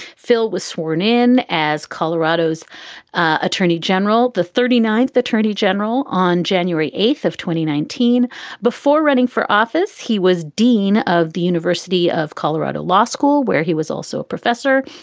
phil was sworn in as colorado's attorney general, the thirty ninth attorney general on january eighth of twenty nineteen before running for office. he was dean of the university of colorado law school, where he was also a professor.